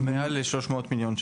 מעל ל-300 מיליון שקל.